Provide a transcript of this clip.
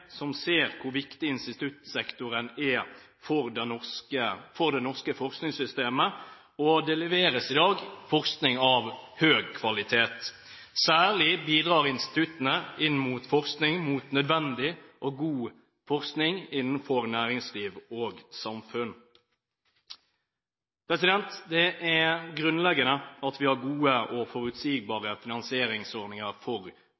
som ser hvor viktig instituttsektoren er for det norske forskningssystemet, og det leveres i dag forskning av høy kvalitet. Særlig bidrar instituttene til nødvendig og god forskning innenfor næringsliv og samfunn. Det er grunnleggende at vi har gode og forutsigbare finansieringsordninger for